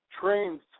Trains